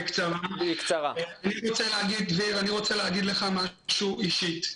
דביר, אני רוצה לומר לך משהו אישית.